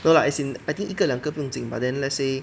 no lah as in I think 一个两个不用紧 but then let's say